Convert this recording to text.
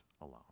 alone